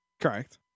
Correct